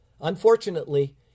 Unfortunately